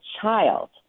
child